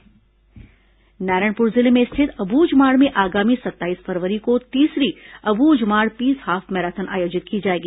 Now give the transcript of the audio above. Abujhmarh peace marathon Narayanpur जिले में स्थित अब्झमाड़ में आगामी सत्ताईस फरवरी को तीसरी अब्झमाड़ पीस हाफ मैराथन आयोजित की जाएगी